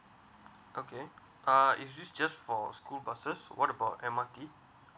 okay uh is it just for school buses what about M_R_T